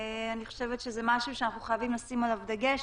אני חושבת שזה משהו שאנחנו חייבים לשים עליו דגש